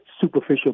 superficial